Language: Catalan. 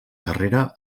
carrera